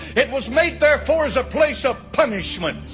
it was made, therefore, as a place of punishment,